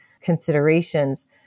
considerations